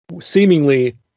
seemingly